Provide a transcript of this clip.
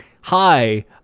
hi